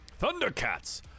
Thundercats